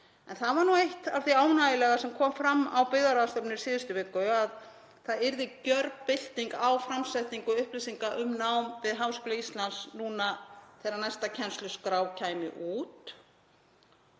í fjarnámi, en eitt af því ánægjulega sem kom fram á byggðaráðstefnunni í síðustu viku er að það yrði gjörbylting á framsetningu upplýsinga um nám við Háskóla Íslands þegar næsta kennsluskrá kæmi út.